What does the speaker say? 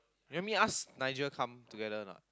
you want me ask Nigel come together or not